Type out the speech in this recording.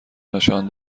نشان